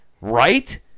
Right